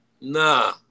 Nah